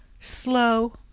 slow